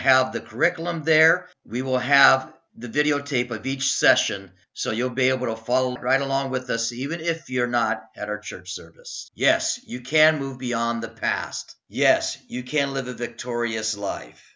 have the curriculum there we will have the videotape of each session so you'll be able to follow right along with us even if you're not at our church service yes you can move beyond the past yes you can live a victorious life